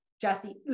Jesse